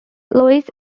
louis